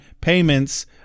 payments